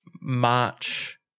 March